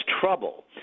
trouble